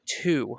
two